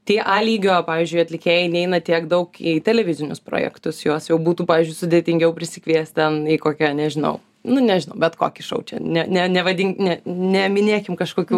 tie a lygio pavyzdžiui atlikėjai neina tiek daug į televizinius projektus juos jau būtų pavyzdžiui sudėtingiau prisikviest ten nei kokią nežinau nu nežinau bet kokį šou čia ne ne nevadink ne neminėkim kažkokių